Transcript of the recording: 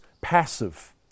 passive